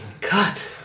cut